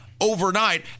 overnight